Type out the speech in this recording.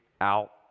out